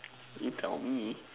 you tell me